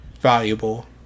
valuable